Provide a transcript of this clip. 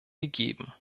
gegeben